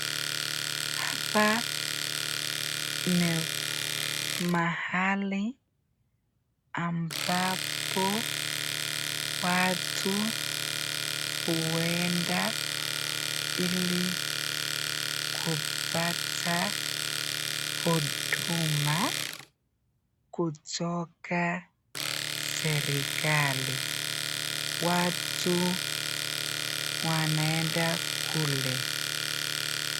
Hapa ni mahali ambapo watu huenda ili kupata huduma kutoka serekali, watu wanaenda kule.